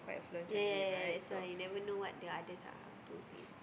ya ya ya that's why you never know what the others are up to say